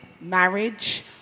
marriage